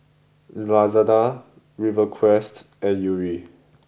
Lazada Rivercrest and Yuri